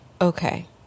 Okay